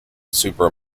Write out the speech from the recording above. super